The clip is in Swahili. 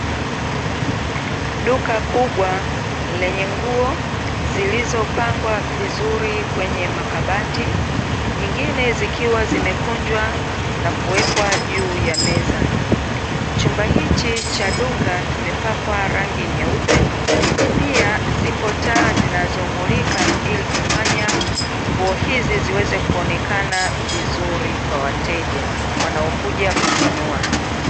Duka kubwa lenye nguo zilizopangwa vizuri kwenye makabati, nyingine zikiwa zimekunjwa na kuwekwa juu ya meza. Chumba hichi cha duka kimepakwa rangi nyeupe, pia zipo taa zinazomulika ili kufanya nguo hizi ziweze kuonekana vizuri kwa wateja wanaokuja kununua.